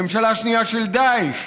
וממשלה שנייה של דאעש.